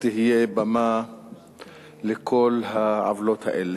תהיה במה לכל העוולות האלה.